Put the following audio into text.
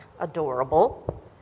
adorable